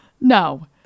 no